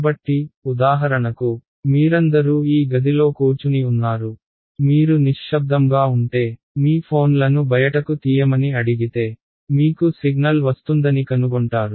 కాబట్టి ఉదాహరణకు మీరందరూ ఈ గదిలో కూర్చుని ఉన్నారు మీరు నిశ్శబ్దంగా ఉంటే మీ ఫోన్లను బయటకు తీయమని అడిగితే మీకు సిగ్నల్ వస్తుందని కనుగొంటారు